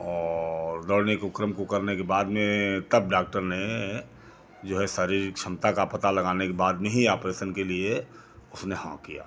और दौड़ने को क्रम को करने के बाद में तब डाक्टर ने जो है शारीरिक क्षमता का पता लगाने के बाद में ही आपरेसन के लिए उसने हाँ किया